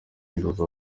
inzozi